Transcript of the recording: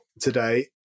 today